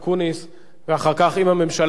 ואחר כך, אם הממשלה תרצה בכך,